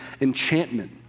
enchantment